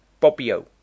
Bobbio